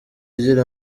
ugira